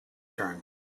turned